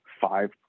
five